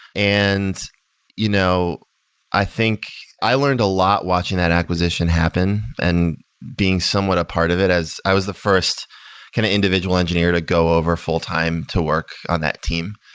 and you know i think, i learned a lot watching that acquisition happen and being somewhat a part of it as i was the first individual engineer to go over full-time to work on that team.